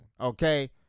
Okay